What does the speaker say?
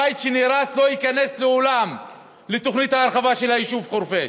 הבית שנהרס לא ייכנס לעולם לתוכנית ההרחבה של היישוב חורפיש.